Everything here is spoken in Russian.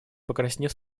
покраснев